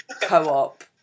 co-op